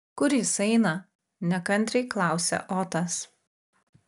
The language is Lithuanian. kur jis eina nekantriai klausia otas